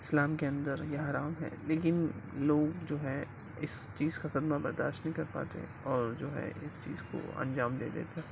اسلام کے اندر یہ حرام ہے لیکن لوگ جو ہے اس چیز کا صدمہ برداشت نہیں کر پاتے اور جو ہے اس چیز کو انجام دے دیتے ہیں